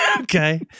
Okay